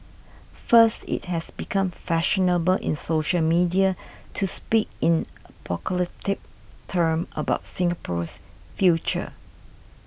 first it has become fashionable in social media to speak in apocalyptic terms about Singapore's future